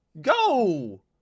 go